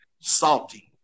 salty